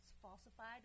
falsified